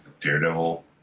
Daredevil